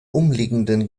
umliegenden